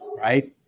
right